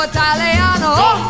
Italiano